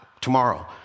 tomorrow